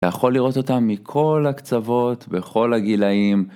יכול לראות אותם מכל הקצוות, בכל הגילאים.